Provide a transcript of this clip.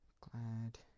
Glad